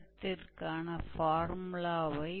तो वे अन्य फॉर्मूला क्या हैं